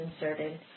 inserted